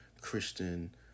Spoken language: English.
Christian